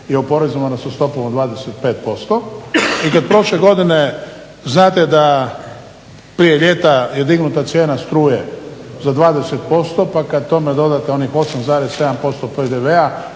i oporezovana sa stopom od 25%. I kad prošle godine znate da prije ljeta je dignuta cijena struje za 20% pa kad tome dodate onih 8,7% PDV-a